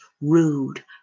Rude